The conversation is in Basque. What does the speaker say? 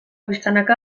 pixkanaka